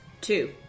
Two